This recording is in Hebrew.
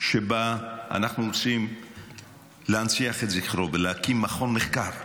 שבה אנחנו רוצים להנציח את זכרו ולהקים מכון מחקר.